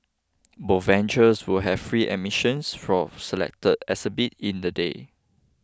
more ventures will have free admissions for selected exhibits in the day